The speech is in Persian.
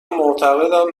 معتقدم